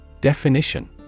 Definition